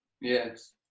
yes